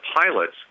pilots